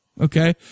Okay